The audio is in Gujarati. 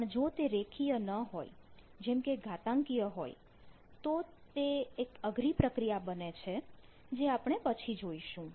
પણ જો તે રેખીય ન હોય જેમકે ઘાતાંકીય હોય તો તે એક અઘરી પ્રક્રિયા બને છે જે આપણે પછી જોઈશું